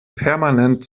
permanent